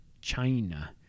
China